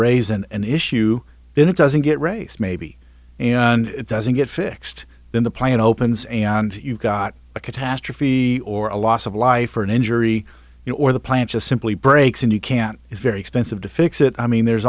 raise and issue then it doesn't get raised maybe and it doesn't get fixed in the plant opens and you've got a catastrophe or a loss of life or an injury you or the plant just simply breaks and you can't it's very expensive to fix it i mean there's